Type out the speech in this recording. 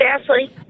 Ashley